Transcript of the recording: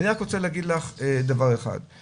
אני רק רוצה להגיד לך דבר אחד,